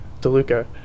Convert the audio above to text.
deluca